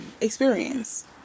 experience